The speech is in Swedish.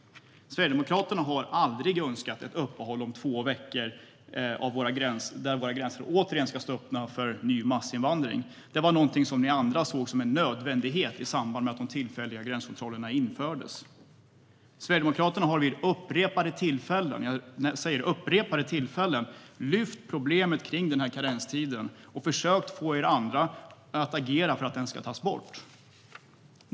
Sverigedemokraterna har aldrig önskat ett uppehåll om två veckor då våra gränser återigen ska stå öppna för ny massinvandring. Det var någonting som ni andra såg som en nödvändighet i samband med att de tillfälliga gränskontrollerna infördes. Sverigedemokraterna har vid upprepade tillfällen lyft fram problemet med karenstiden och försökt att få er andra att agera för att den ska tas bort.